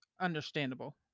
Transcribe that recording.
Understandable